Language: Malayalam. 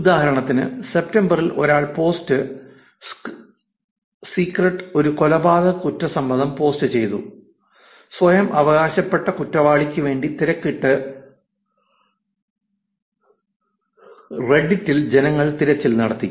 ഉദാഹരണത്തിന് സെപ്റ്റംബറിൽ ഒരാൾ പോസ്റ്റ് സീക്രറ്റിൽ ഒരു കൊലപാതക കുറ്റസമ്മതം പോസ്റ്റ് ചെയ്തു സ്വയം അവകാശപ്പെട്ട കുറ്റവാളിക്കുവേണ്ടി തിരക്കിട്ട് റെഡ്ഡിറ്റ് ഇൽ ജനങ്ങൾ തിരച്ചിൽ നടത്തി